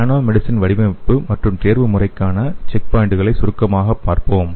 nanomedicine வடிவமைப்பு மற்றும் தேர்வுமுறைக்கான செக் பாயின்ட்களை சுருக்கமாக பார்ப்போம்